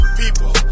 people